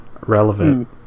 relevant